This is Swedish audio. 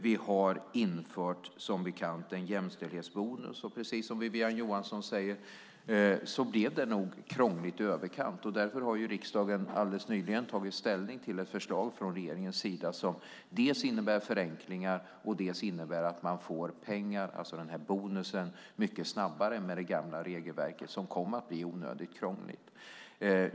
Vi har infört en jämställdhetsbonus, som bekant, och precis som Wiwi-Anne Johansson säger blev det nog krångligt i överkant. Därför har riksdagen nyligen tagit ställning till ett förslag från regeringens sida som dels innebär förenklingar, dels innebär att man får pengar, alltså bonusen, mycket snabbare än med det gamla regelverket, som kom att bli onödigt krångligt.